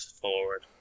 forward